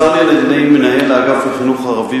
מסעוד גנאים, שאילתא 485,